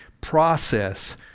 process